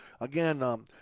again